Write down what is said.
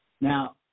Now